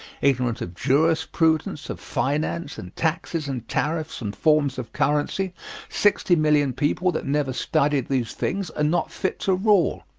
ignorant of jurisprudence, of finance, and taxes and tariffs and forms of currency sixty million people that never studied these things are not fit to rule.